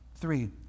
Three